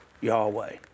Yahweh